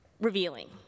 revealing